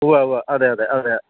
ഉവ്വ് ഉവ്വ് അതെയതെ അതെ